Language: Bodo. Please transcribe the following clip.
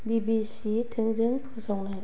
बि बि सि थोंजों फोसावनाय